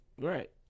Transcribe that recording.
Right